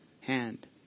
hand